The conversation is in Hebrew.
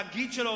תאגיד של עובדים?